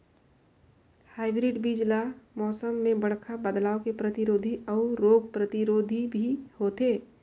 hybrid बीज ल मौसम में बड़खा बदलाव के प्रतिरोधी अऊ रोग प्रतिरोधी भी होथे